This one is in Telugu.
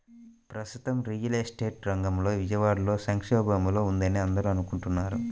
ప్రస్తుతం రియల్ ఎస్టేట్ రంగం విజయవాడలో సంక్షోభంలో ఉందని అందరూ అనుకుంటున్నారు